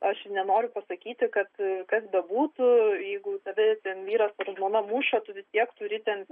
aš nenoriu pasakyti kad kas bebūtų jeigu tave ten vyras ar žmona muša tu vis tiek turi ten